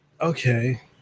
okay